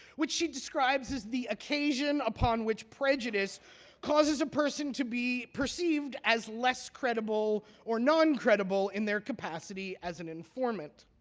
which she describes as the occasion upon which prejudice causes a person to be perceived as less credible or non-credible in their capacity as an informant.